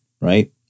right